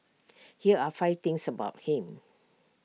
here are five things about him